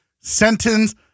sentence